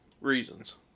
reasons